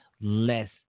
less